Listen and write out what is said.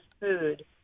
food